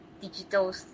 digital